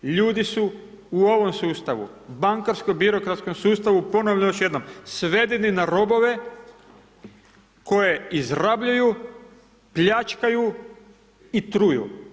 Ljudi su u ovom sustavu, bankarsko birokratskom sustavu, ponovno još jednom, svedeni na robove koje izrabljuju, pljačkaju i truju.